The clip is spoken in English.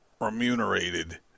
remunerated